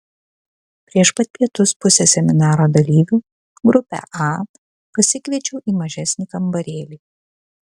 prieš pat pietus pusę seminaro dalyvių grupę a pasikviečiau į mažesnį kambarėlį